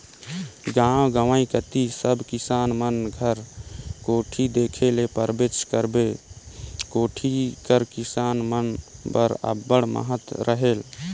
गाव गंवई कती सब किसान मन घर कोठी देखे ले पाबेच करबे, कोठी कर किसान मन बर अब्बड़ महत रहेल